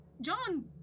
John